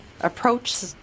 approach